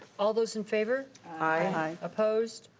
all those in favor? aye. opposed?